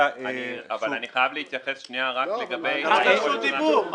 אני חייב להתייחס שנייה רק לגבי --- הוא ברשות דיבור,